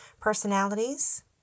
personalities